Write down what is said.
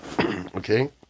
Okay